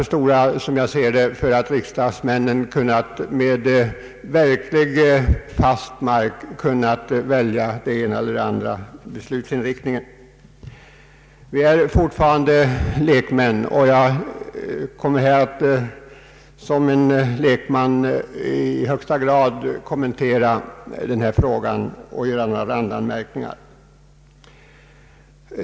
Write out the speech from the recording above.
Riksdagsmännen har inte haft tillräckligt med fast mark under fötterna när det gällt att välja den ena eller den andra beslutsinriktningen. Vi är fortfarande lekmän, och jag kommer här att som i högsta grad lekman kommentera den här frågan och göra några randanmärkningar.